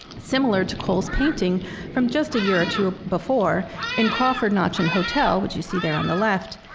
similar to cole's painting from just a year or two before in crawford notch and hotel, which you see there on the left,